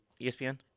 ESPN